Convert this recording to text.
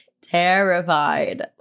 terrified